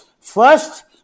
First